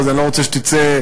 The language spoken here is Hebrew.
אז אני לא רוצה שתצא מופלה,